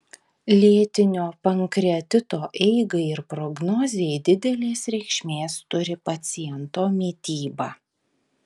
lėtinio pankreatito eigai ir prognozei didelės reikšmės turi paciento mityba